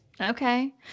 Okay